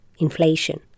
inflation